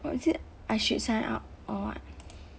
or is it I should sign up or what